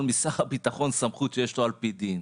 משר הביטחון סמכות שיש לו על פי דין.